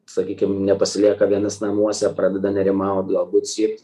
sakykim nepasilieka vienas namuose pradeda nerimaut galbūt siekt